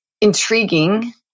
intriguing